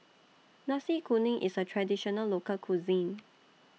Nasi Kuning IS A Traditional Local Cuisine